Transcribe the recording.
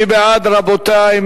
מי בעד, רבותי?